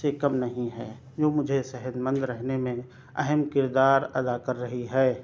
سے کم نہیں ہے جو مجھے صحت مند رہنے میں اہم کردار ادا کر رہی ہے